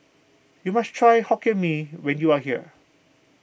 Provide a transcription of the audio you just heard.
you must try Hokkien Mee when you are here